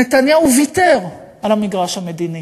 נתניהו ויתר על המגרש המדיני.